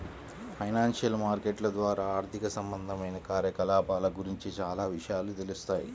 financial మార్కెట్ల ద్వారా ఆర్థిక సంబంధమైన కార్యకలాపాల గురించి చానా విషయాలు తెలుత్తాయి